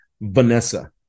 Vanessa